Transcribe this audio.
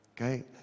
Okay